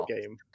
game